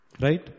Right